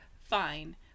fine